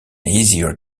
easier